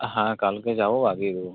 হ্যাঁ কালকে যাবো লাগিয়ে দেবো